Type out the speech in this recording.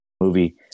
movie